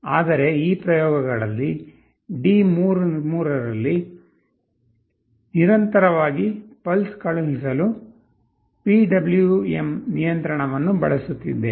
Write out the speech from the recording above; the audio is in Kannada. ಆದರೆ ಈ ಪ್ರಯೋಗಗಳಲ್ಲಿ D3 ನಲ್ಲಿ ನಿರಂತರವಾಗಿ ಪಲ್ಸ್ ಕಳುಹಿಸಲು ಪಿಡಬ್ಲ್ಯೂಎಂ ನಿಯಂತ್ರಣವನ್ನು ಬಳಸುತ್ತಿದ್ದೇವೆ